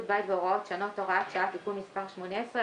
בית והוראות שונות) (הוראת שעה) (תיקון מס' 18),